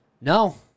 No